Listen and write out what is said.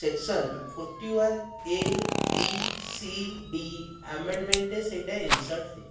section forty one A B C D ଆମେଣ୍ଡମେଣ୍ଟରେ ସେଇଟା insert ହୁଏ